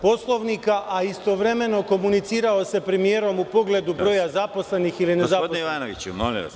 Poslovnika, a istovremeno komunicirao sa premijerom u pogledu broja zaposlenih ili nezaposlenih.